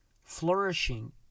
flourishing